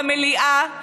למליאה,